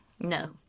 No